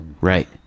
right